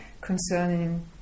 concerning